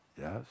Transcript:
Yes